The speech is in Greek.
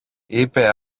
είπε